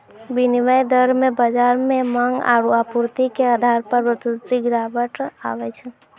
विनिमय दर मे बाजार मे मांग आरू आपूर्ति के आधार पर बढ़ोतरी गिरावट आवै छै